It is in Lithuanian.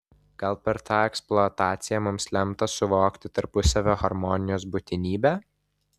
gal per tą eksploataciją mums lemta suvokti tarpusavio harmonijos būtinybę